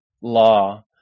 law